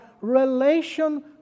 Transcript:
relation